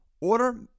Order